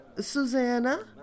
Susanna